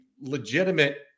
legitimate